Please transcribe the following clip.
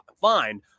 find